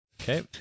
Okay